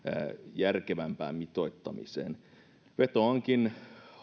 järkevämpään mitoittamiseen vetoankin